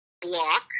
block